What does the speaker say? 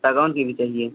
सागौन की भी चाहिए